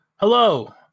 Hello